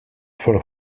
for